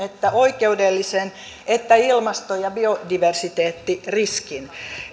oikeudellisen että ilmasto ja biodiversiteettiriskin